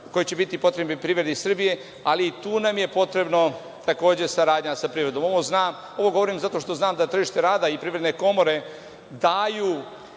koji će biti potrebi privredi Srbije. Ali, i tu nam je potrebna takođe saradnja sa privredom. Ovo govorim zato što znam da tržište rada i Privredne komore daju